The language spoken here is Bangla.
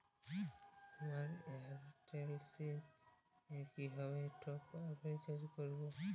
আমার এয়ারটেল সিম এ কিভাবে টপ আপ রিচার্জ করবো?